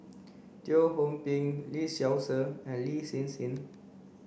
Teo Ho Pin Lee Seow Ser and Lin Hsin Hsin